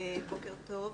בוקר טוב.